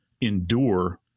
endure